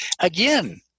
Again